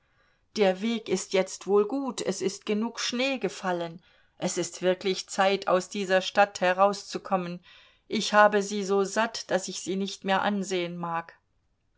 der weg ist jetzt wohl gut es ist genug schnee gefallen es ist wirklich zeit aus dieser stadt herauszukommen ich habe sie so satt daß ich sie nicht mehr ansehen mag